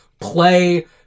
play